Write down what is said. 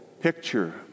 picture